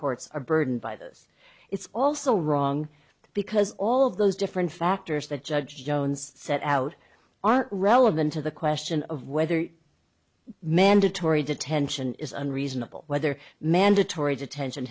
courts are burdened by this it's also wrong because all of those different factors that judge jones set out are relevant to the question of weather mandatory detention is unreasonable whether mandatory detention